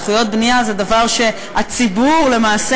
זכויות בנייה זה דבר שהציבור למעשה